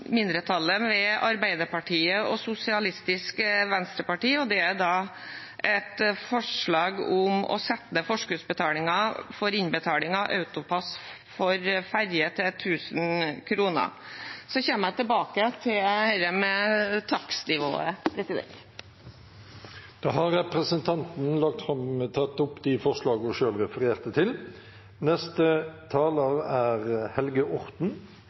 mindretallet ved Arbeiderpartiet og Sosialistisk Venstreparti. Det er et forslag om å sette ned forskuddsbetalingen for innbetaling til AutoPASS for ferje til 1 000 kr. Så kommer jeg tilbake til dette med takstnivået. Da har representanten Kirsti Leirtrø tatt opp de forslagene hun refererte til.